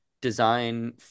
design